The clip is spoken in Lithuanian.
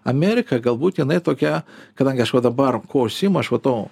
amerika galbūt jinai tokia kadangi aš va dabar kuo užsiimu aš va to